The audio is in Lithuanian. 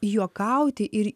juokauti ir